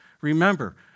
Remember